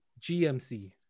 GMC